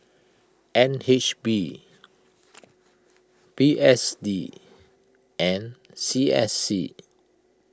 N H B P S D and C S C